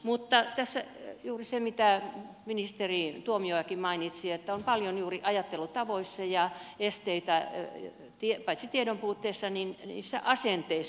mutta tässä on juuri se minkä ministeri tuomiojakin mainitsi että on paljon juuri esteitä paitsi tiedon puutteessa myös niissä ajattelutavoissa ja asenteissa